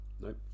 Nope